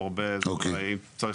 אם צריך,